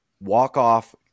walk-off